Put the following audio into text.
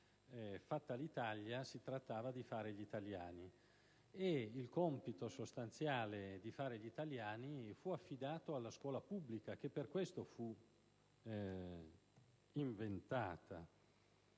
fatta l'Italia, bisognava fare gli italiani, e il compito sostanziale di fare gli italiani fu affidato alla scuola pubblica, che fu inventata